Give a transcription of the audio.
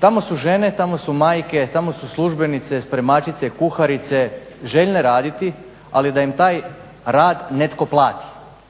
Tamo su žene, tamo su majke, tamo su službenice, spremačice, kuharice, željne raditi ali da im taj rad netko plati.